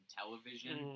television